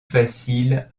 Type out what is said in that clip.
facile